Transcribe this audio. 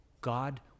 God